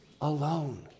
alone